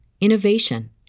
innovation